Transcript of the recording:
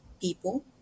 people